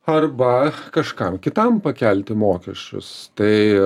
arba kažkam kitam pakelti mokesčius tai